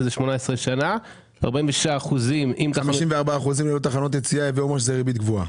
שזה 18 שנה --- 54% ללא תחנות יציאה זה אומר שזה בריבית גבוהה.